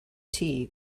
tea